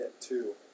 two